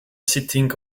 sitting